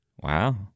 Wow